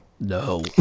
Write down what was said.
No